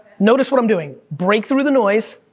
notice what i'm doing, break through the noise,